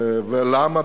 ולמה?